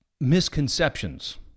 misconceptions